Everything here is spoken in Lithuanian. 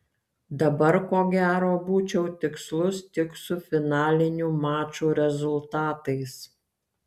dabar ko gero būčiau tikslus tik su finalinių mačų rezultatais